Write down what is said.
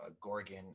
gorgon